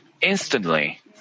instantly